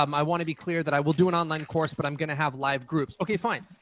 um i want to be clear that i will do an online course but i'm going to have live groups. okay. fine.